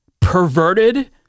perverted